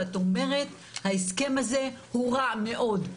ואת אומרת ההסכם הזה הוא רע מאוד.